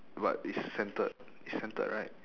but it's centred it's centred right